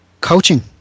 coaching